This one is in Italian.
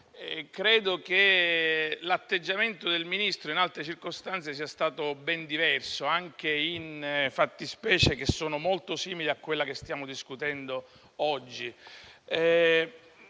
credo che il suo atteggiamento in altre circostanze sia stato ben diverso, anche in fattispecie che sono molto simili da quella di cui stiamo discutendo oggi.